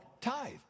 tithe